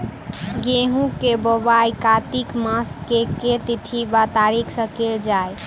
गेंहूँ केँ बोवाई कातिक मास केँ के तिथि वा तारीक सँ कैल जाए?